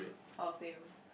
oh same